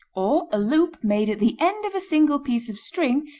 or a loop made at the end of a single piece of string,